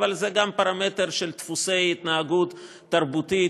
אבל זה גם פרמטר של דפוסי התנהגות תרבותית,